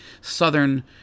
southern